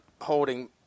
holding